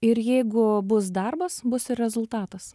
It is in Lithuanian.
ir jeigu bus darbas bus ir rezultatas